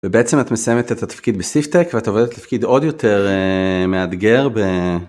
ובעצם את מסיימת את התפקיד בסיפטק ואת עובדת לתפקיד עוד יותר מאתגר ו...